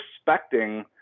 respecting